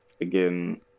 Again